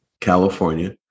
California